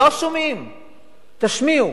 תשמיעו.